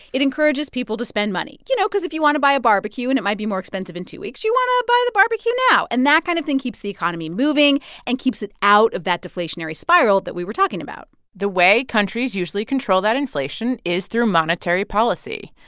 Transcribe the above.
it encourages people to spend money you know, cause if you want to buy a barbecue and it might be more expensive in two weeks, you want to buy the barbecue now. and that kind of thing keeps the economy moving and keeps it out of that deflationary spiral that we were talking about the way countries usually control that inflation is through monetary policy.